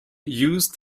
used